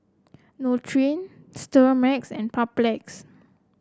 Nutren Sterimar and Papulex